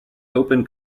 open